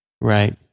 Right